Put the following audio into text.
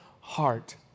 heart